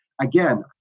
again